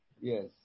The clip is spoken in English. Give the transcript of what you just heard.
Yes